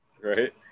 Right